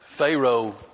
Pharaoh